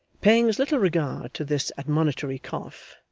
paying as little regard to this admonitory cough,